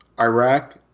Iraq